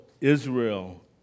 Israel